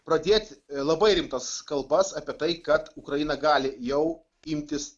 pradėti labai rimtas kalbas apie tai kad ukraina gali jau imtis